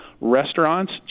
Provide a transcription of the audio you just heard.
restaurants